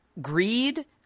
greed